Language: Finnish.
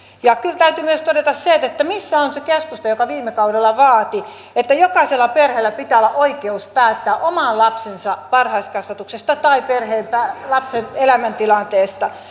kyllä täytyy myös todeta se että missä on se keskusta joka viime kaudella vaati että jokaisella perheellä pitää olla oikeus päättää oman lapsensa varhaiskasvatuksesta tai perheen tai lapsen elämäntilanteesta